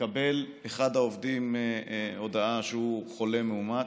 מקבל אחד העובדים הודעה שהוא חולה מאומת,